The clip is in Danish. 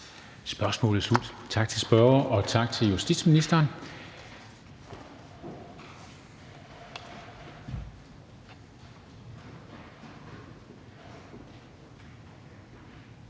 Spørgsmålet slut. Tak til spørgeren, og tak til justitsministeren.